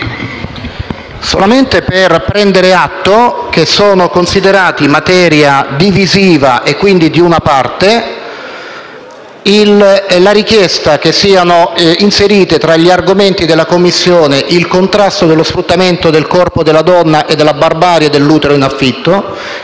solamente per prendere atto che è considerata materia divisiva, e quindi di una parte, la richiesta che siano inseriti tra gli argomenti di competenza della Commissione il contrasto allo sfruttamento del corpo della donna e della barbarie dell'utero in affitto